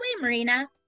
Marina